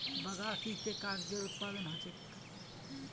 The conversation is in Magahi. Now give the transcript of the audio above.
बगासी स कागजेरो उत्पादन ह छेक